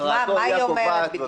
הכרעתו היא קובעת.